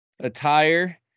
attire